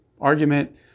argument